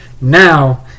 Now